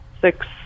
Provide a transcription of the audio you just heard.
six